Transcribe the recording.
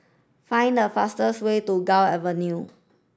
find the fastest way to Gul Avenue